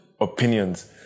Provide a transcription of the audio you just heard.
opinions